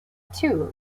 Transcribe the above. two